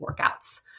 workouts